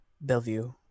Bellevue